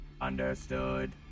Understood